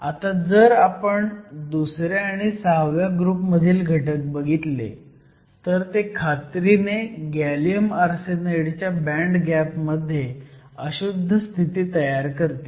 आता जर आपण दुसऱ्या आणि सहाव्या ग्रुप मधील घटक बघितले तर ते खात्रीने गॅलियम आर्सेनाईडच्या बँड गॅप मध्ये अशुद्ध स्थिती तयार करतील